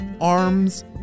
Arms